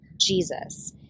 Jesus